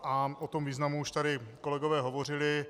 A o tom významu už tady kolegové hovořili.